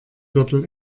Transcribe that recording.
gürtel